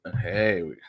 Hey